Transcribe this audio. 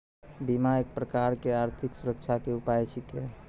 बीमा एक प्रकारो के आर्थिक सुरक्षा के उपाय छिकै